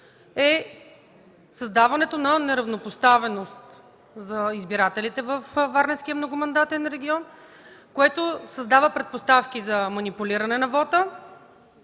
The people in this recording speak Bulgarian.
е създаването на неравнопоставеност за избирателите във Варненския многомандатен регион, което създава предпоставки за манипулиране на вота,